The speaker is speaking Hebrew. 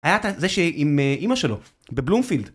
היה זה עם אימא שלו בבלומפילד